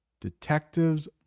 detectives